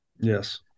Yes